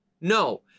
No